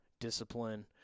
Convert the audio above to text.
discipline